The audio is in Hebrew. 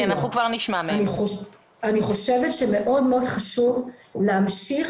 אני חושבת שמאוד-מאוד חשוב להמשיך